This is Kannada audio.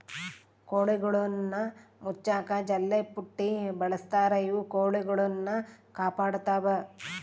ಕೋಳಿಗುಳ್ನ ಮುಚ್ಚಕ ಜಲ್ಲೆಪುಟ್ಟಿ ಬಳಸ್ತಾರ ಇವು ಕೊಳಿಗುಳ್ನ ಕಾಪಾಡತ್ವ